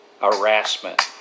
harassment